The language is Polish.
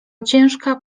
ciężka